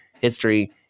history